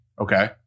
Okay